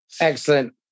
Excellent